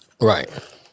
Right